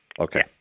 Okay